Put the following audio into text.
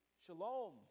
Shalom